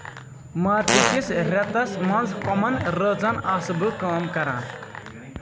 مارچہٕ کِس ریتس منز کۄمَن رٲژن آسہٕ بہٕ کٲم کران